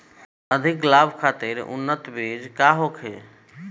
अधिक लाभ खातिर उन्नत बीज का होखे?